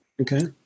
Okay